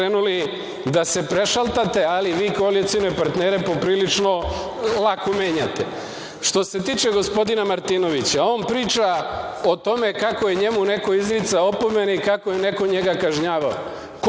ponovo krenuli da se prešaltate, ali vi koalicione partnere poprilično lako menjate. Što se tiče gospodina Martinovića, on priča o tome kako je njemu neko izricao opomene i kako je neko njega kažnjavao.